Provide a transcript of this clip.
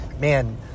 man